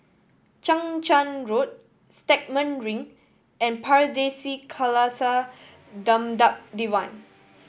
Chang Charn Road Stagmont Ring and Pardesi Khalsa Dharmak Diwan